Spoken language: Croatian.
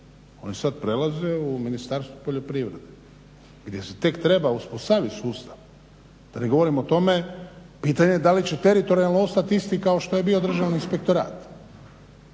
Oni sad prelaze u Ministarstvo poljoprivrede gdje se tek treba uspostaviti sustav. Da ne govorim o tome, pitanje je da li će teritorijalno ostati isti kao što je bio Državni inspektorat?